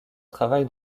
travail